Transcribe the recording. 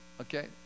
okay